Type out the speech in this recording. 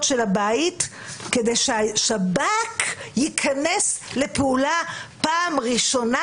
של הבית כדי שהשב"כ ייכנס לפעולה פעם ראשונה,